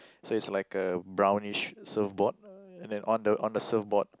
so is like a brownish surfboard uh and then on the on the surfboard